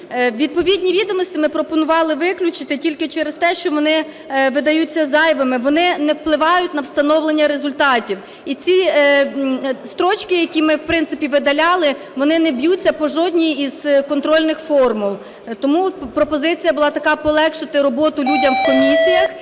Відповідні відомості ми пропонували виключити тільки через те, що вони видаються зайвими, вони не впливають на встановлення результатів. І ці строчки, які ми, в принципі, видаляли, вони не б'ються по жодній із контрольних формул. Тому пропозиція була така полегшити роботу людям в комісіях